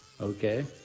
okay